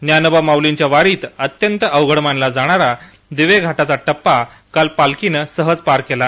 ज्ञानोबा माऊलींच्या वारीत अत्यंत अवघ मानला जाणारा दिवेघाटाचा टप्पा काल पालखीनं सहज पार केला